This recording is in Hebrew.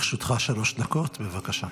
לרשותך שלוש דקות, בבקשה.